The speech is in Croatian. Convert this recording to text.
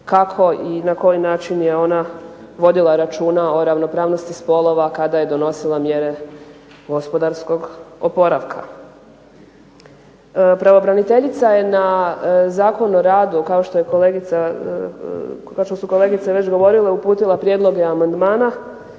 kako i na koji način je ona vodila računa o ravnopravnosti spolova kada je donosila mjere gospodarskog oporavka. Pravobraniteljica je na Zakon o radu, kao što su kolegice već govorile, uputila prijedloge amandmana.